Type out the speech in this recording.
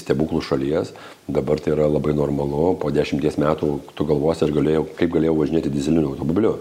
stebuklų šalies dabar tai yra labai normalu po dešimties metų tu galvosi aš galėjau kaip galėjau važinėti dyzeliniu automobiliu